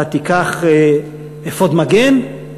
אתה תיקח אפוד מגן?